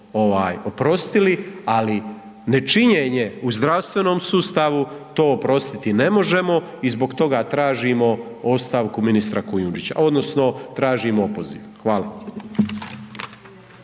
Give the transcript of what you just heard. oprostili, ali nečinjenje u zdravstvenom sustavu to oprostiti ne možemo i zbog toga tražimo ostavku ministra Kujundžića odnosno tražim opoziv. Hvala.